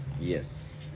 Yes